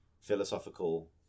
Philosophical